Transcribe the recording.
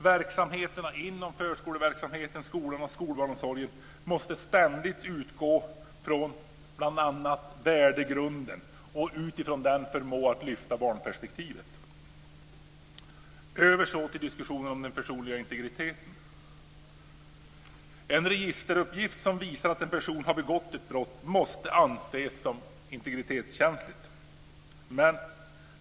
Verksamheterna inom förskolan, skolan och skolbarnomsorgen måste ständigt utgå från bl.a. värdegrunden och därmed förmå lyfta fram barnperspektivet. Då går jag över till diskussionen om den personliga integriteten. En registeruppgift som visar att en person har begått ett brott måste anses som integritetskänslig.